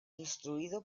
instruido